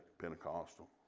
Pentecostal